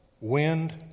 wind